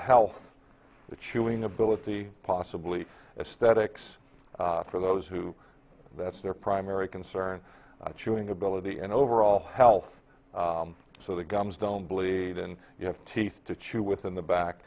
health the chewing ability possibly a statics for those who that's their primary concern chewing ability and overall health so the gums don't bleed and you have teeth to chew with in the back